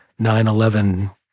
9-11